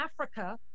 Africa